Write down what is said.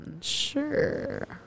Sure